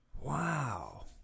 wow